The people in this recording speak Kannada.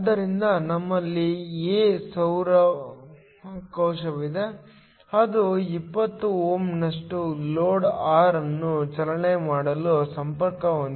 ಆದ್ದರಿಂದ ನಮ್ಮಲ್ಲಿ A ಸೌರ ಕೋಶವಿದೆ ಅದು 20 Ω ನಷ್ಟು ಲೋಡ್ R ಅನ್ನು ಚಾಲನೆ ಮಾಡಲು ಸಂಪರ್ಕ ಹೊಂದಿದೆ